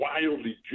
wildly